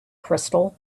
crystal